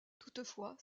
toutefois